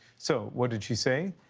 so what did she say?